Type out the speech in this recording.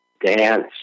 dance